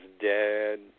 dead